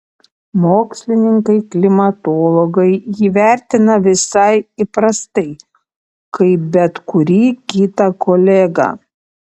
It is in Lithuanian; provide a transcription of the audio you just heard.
mokslininkai klimatologai jį vertina visai įprastai kaip bet kurį kitą kolegą